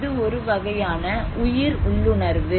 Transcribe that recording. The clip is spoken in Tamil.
இது ஒரு வகையான உயிர் உள்ளுணர்வு